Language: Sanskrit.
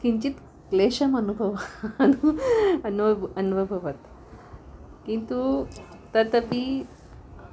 किञ्चित् क्लेशम् अनुभवः अनु अनूब् अन्वभवत् किन्तु तत् अपि